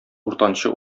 уртанчы